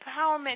empowerment